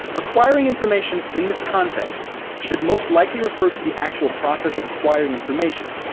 acquiring information in this context should most likely refer to the actual process of acquiring information,